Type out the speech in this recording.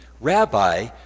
Rabbi